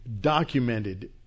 documented